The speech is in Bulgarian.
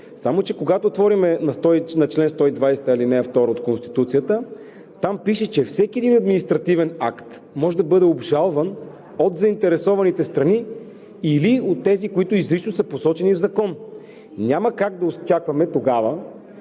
Само че, когато отворим на чл. 120, ал. 2 от Конституцията, там пише, че всеки един административен акт може да бъде обжалван от заинтересованите страни или от тези, които изрично са посочени в закон. Няма как да очакваме тогава,